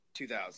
2000